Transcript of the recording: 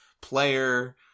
player